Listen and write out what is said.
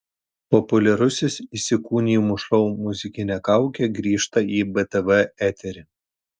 populiarusis įsikūnijimų šou muzikinė kaukė grįžta į btv eterį